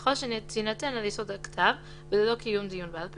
יכול שתינתן על יסוד הכתב וללא קיום דיון בעל פה,